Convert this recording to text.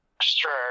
Sure